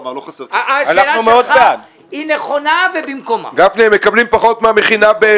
לא, אני רוצה להבין מה זו המדרשה הזו.